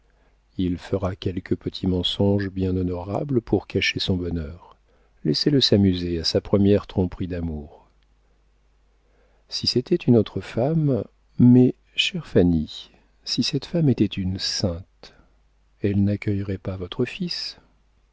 il fera quelques petits mensonges bien honorables pour cacher son bonheur laissez-le s'amuser à sa première tromperie d'amour si c'était une autre femme mais chère fanny si cette femme était une sainte elle n'accueillerait pas votre fils